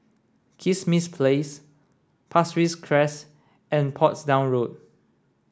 Kismis Place Pasir Ris Crest and Portsdown Road